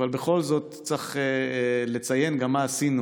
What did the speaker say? אבל בכל זאת צריך לציין גם מה עשינו